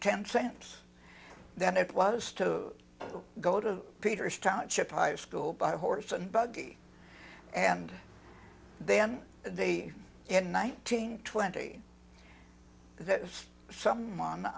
ten cents then it was to go to peter's township high school by horse and buggy and then they in nineteen twenty